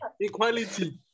Equality